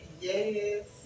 Yes